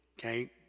okay